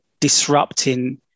disrupting